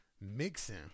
mixing